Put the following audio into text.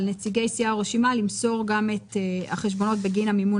על נציגי סיעה או רשימה למסור גם את החשבונות בגין המימון